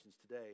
today